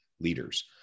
leaders